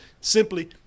simply